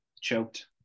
choked